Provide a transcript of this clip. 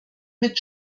mit